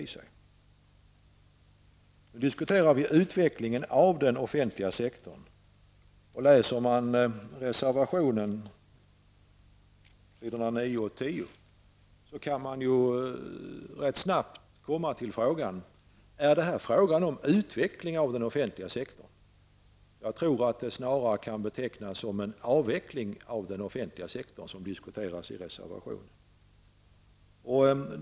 Nu diskuterar vi utvecklingen av den offentliga sektorn. Läser man reservationen på s. 9 och 10 kan man rätt snabbt komma till frågan om detta är utveckling av den offentliga sektorn. Jag tror att det som diskuteras i reservationen snarare kan betecknas som en avveckling av den offentliga sektorn.